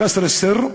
קסר א-סיר,